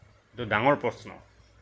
এইটো ডাঙৰ প্ৰশ্ন